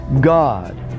God